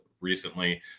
Recently